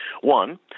One